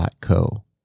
co